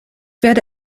werde